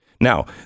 Now